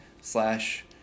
slash